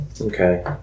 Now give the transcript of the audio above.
Okay